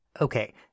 Okay